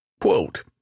Quote